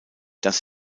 dass